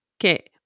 Okay